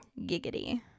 giggity